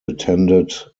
attended